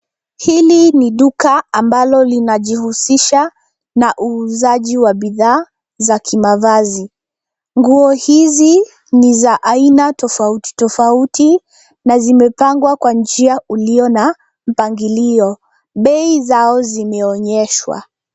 Hili ni duka ambalo linajihusisha na uuzaji wa bidhaa za kimavazi. Nguo hizi ni za aina tofauti tofauti na zimepangwa kwa njia ulio na mpangilio. Bei zao zimeonyeshwa.